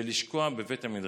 ולשקוע בבית המדרש.